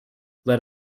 let